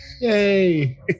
Yay